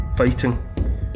fighting